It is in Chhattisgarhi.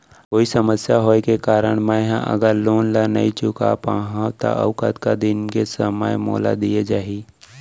कोई समस्या होये के कारण मैं हा अगर लोन ला नही चुका पाहव त अऊ कतका दिन में समय मोल दीये जाही?